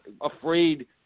afraid